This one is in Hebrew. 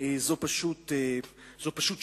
זאת פשוט שערורייה.